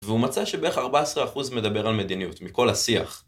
והוא מצא שבערך 14% מדבר על מדיניות מכל השיח.